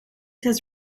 has